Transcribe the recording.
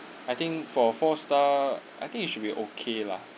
I think for four star I think it should be okay lah